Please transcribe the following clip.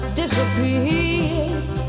disappears